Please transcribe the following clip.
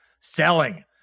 selling